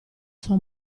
sua